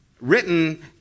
written